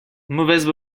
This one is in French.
mauvaise